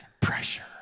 pressure